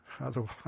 Otherwise